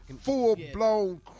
Full-blown